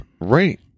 right